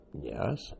Yes